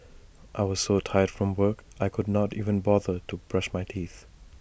I was so tired from work I could not even bother to brush my teeth